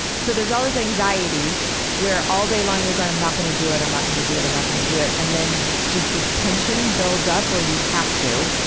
so there's all this anxiety where all day long you're going i'm not gonna do it, i'm not gonna do it, i'm not gonna do it. and then it's just this tension builds up where you have to.